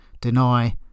deny